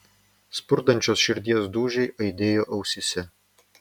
spurdančios širdies dūžiai aidėjo ausyse